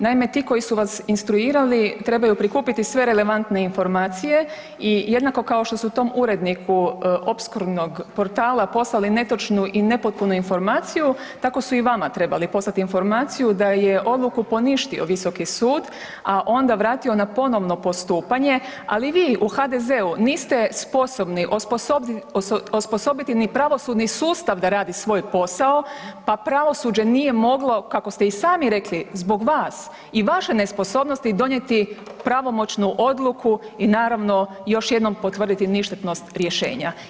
Naime, ti koji su vas instruirali trebaju prikupiti sve relevantne informacije i jednako kao što su tom uredniku opskurnog portala poslali netočnu i nepotpunu informaciju tako su i vama treba poslati informaciju da je odluku poništio Visoki sud, a onda vratio na ponovno postupanje, ali vi u HDZ-u niste sposobni osposobiti ni pravosudni sustav da radi svoj posao pa pravosuđe nije moglo kako ste i sami rekli zbog vas i vaše nesposobnosti donijeti pravomoćnu odluku i naravno još jednom potvrditi ništetnost rješenja.